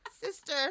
sister